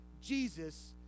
Jesus